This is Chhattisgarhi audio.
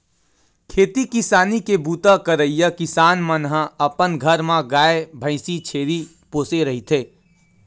खेती किसानी के बूता करइया किसान मन ह अपन घर म गाय, भइसी, छेरी पोसे रहिथे